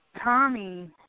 Tommy